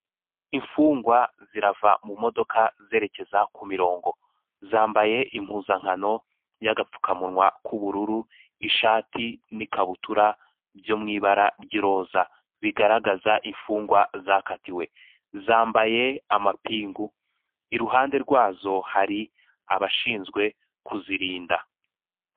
Imfungwa zirava mu modoka zerekeza ku mirongo zambaye impuzankano y'agapfukamunwa k'ubururu, ishati n'ikabutura byo mu ibara ry'iroza bigaragaza imfungwa zakatiwe, zambaye amapingu iruhande rwazo hari abashinzwe kuzirinda.